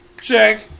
Check